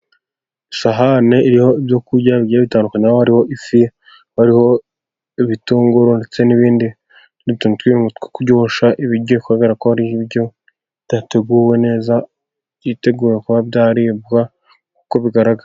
Isahane iriho ibyo kurya bigiye bitandukanye aho hariho ifi, hariho ibitunguru ndetse n'ibindi nk'utuntu tw'uturungo two kuryoshya ibiryo kubera ko hariho ibiryo byateguwe neza byitegura kuba byaribwa uko bigaragara.